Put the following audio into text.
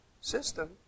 system